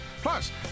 Plus